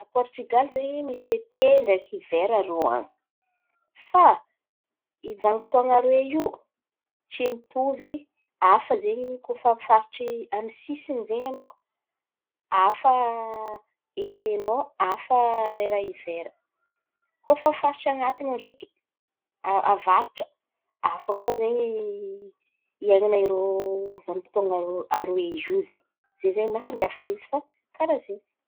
A Pôrtigaly zen̈y, misy ete ndraiky hivera rô an̈y. Fa i vanim-potoan̈a aroe io, tsy mitovy, hafa zen̈y koa fa amy sisiny zen̈y an̈ao. Hafa eten̈ao, hafa lera hivera. Koa amy faritry an̈atiny ao ndraiky avaratra, hafa koa zen̈y iain̈ana rô rô vanim-potoana rô aroe iô ze. Ze zen̈y masamihafa izy fa, karàha ze.